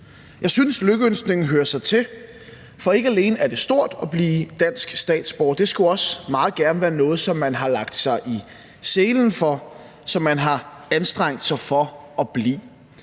Jeg synes, lykønskningen hører sig til, for ikke alene er det stort at blive dansk statsborger. Det skulle også meget gerne være noget, som man har lagt sig i selen for, som man har anstrengt sig for at blive.